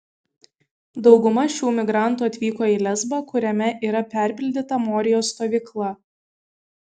dauguma šių migrantų atvyko į lesbą kuriame yra perpildyta morijos stovykla